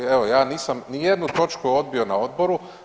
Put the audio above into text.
Evo, ja nisam ni jednu točku odbio na odboru.